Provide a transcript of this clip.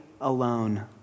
Alone